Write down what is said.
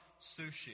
sushi